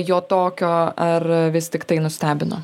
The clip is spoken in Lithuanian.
jo tokio ar vis tiktai nustebino